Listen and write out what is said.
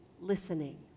listening